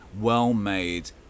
well-made